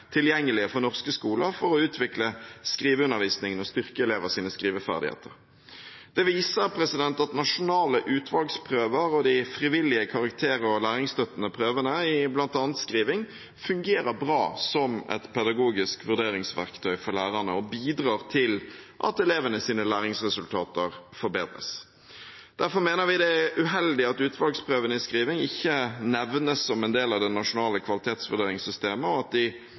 tilgjengelige for norske skoler for å utvikle skriveundervisningen og styrke elevers skriveferdigheter. Det viser at nasjonale utvalgsprøver og de frivillige karakter- og læringsstøttende prøvene i bl.a. skriving fungerer bra som et pedagogisk vurderingsverktøy for lærerne, og bidrar til at elevenes læringsresultater forbedres. Derfor mener vi det er uheldig at utvalgsprøvene i skriving ikke nevnes som en del av det nasjonale kvalitetsvurderingssystemet, og at de